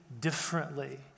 differently